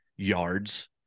yards